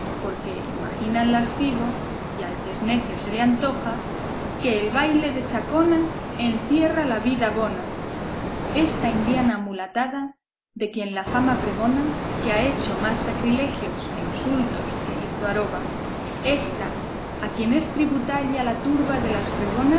porque imagina el lascivo y al que es necio se le antoja que el baile de chacona encierra la vida bona esta indiana amulatada de quien la fama pregona que ha hecho más sacrilegios e insultos que hizo aroba ésta a quien es tributaria la turba de las